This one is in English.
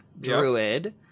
Druid